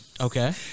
Okay